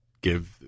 give